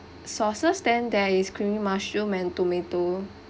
sauces then there is creamy mushroom and tomato